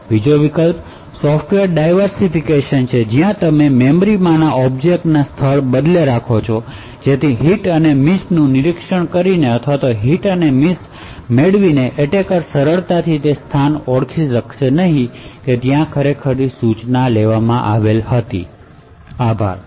બીજો વિકલ્પ software diversification છે જ્યાં તમે મેમરીમાંના ઑબ્જેક્ટ્સના સ્થળોને બદલે રાખો છો જેથી હિટ અને મિસિનું નિરીક્ષણ કરીને અથવા હિટ અને મિસિ મેળવીને એટેકર સરળતાથી તે સ્થાન ઓળખી શકશે નહીં કે જ્યાં સૂચના ખરેખર ચલાવવામાં આવી હતી આભાર